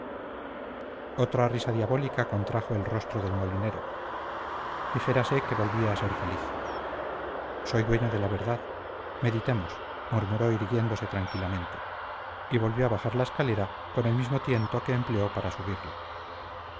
otra risa diabólica contrajo el rostro del molinero dijérase que volvía a ser feliz soy dueño de la verdad murmuró irguiéndose tranquilamente y volvió a bajar la escalera con el mismo tiento que empleó para subirla